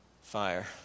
fire